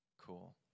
Cool